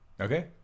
okay